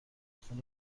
خون